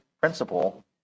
principle